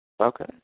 Okay